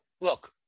look